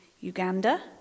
Uganda